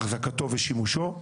החזקתו ושימושו.